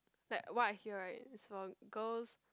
like what I hear right is for girls